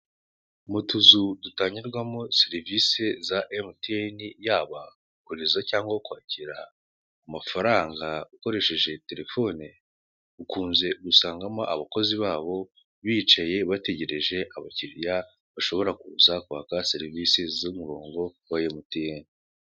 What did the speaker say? Mu utuzu dutangirwamo serivise za MTN, yaba kohereza cyangwa kwakira amafaranga ukoresheje telefone, ukunze gusangamo abakozi babo, biyicariye bategereje abakiriya bashobora kuza kwaka serivise z'umurongo wa MTN.